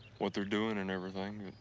what they're doing and everything.